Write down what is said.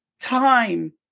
time